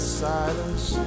silence